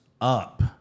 up